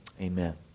amen